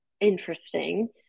Interesting